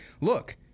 Look